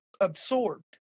absorbed